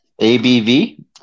ABV